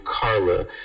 Carla